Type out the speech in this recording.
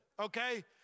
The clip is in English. okay